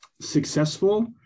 successful